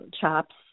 chops